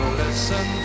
listen